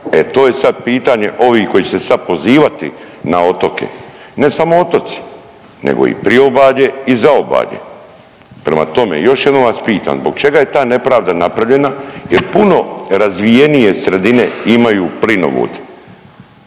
E to je sad pitanje ovih koji će se sad pozivati na otoke, ne samo otoci nego i priobalje i zaobalje. Prema tome još jednom vas pitam, zbog čega je ta nepravda napravljena jer puno razvijenije sredine imaju plinovod,